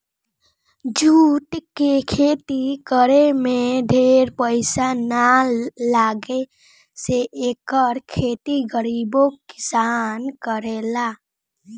jute के खेती करे में ढेर पईसा ना लागे से एकर खेती गरीबो किसान करेला